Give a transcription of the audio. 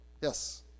Yes